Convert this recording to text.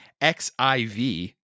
XIV